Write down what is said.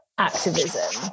Activism